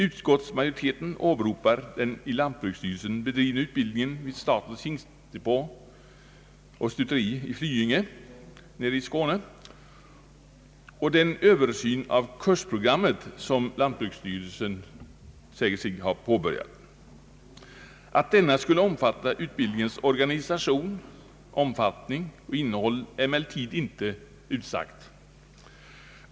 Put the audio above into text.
Utskotismajoriteten åberopar den av lantbruksstyrelsen bedrivna utbildningen vid statens hingstdepå och stuteri i Flyinge i Skåne och den översyn av kursprogrammet som lantbruksstyrelsen säger sig ha påbörjat. Att denna skulle omfatta utbildningens organisation, omfattning och innehåll är emellertid inte utsagt.